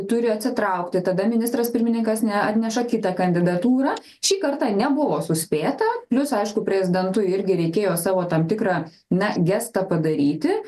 turi atsitraukti tada ministras pirmininkas ne atneša kitą kandidatūrą šį kartą nebuvo suspėta plius aišku prezidentui irgi reikėjo savo tam tikrą na gestą padaryti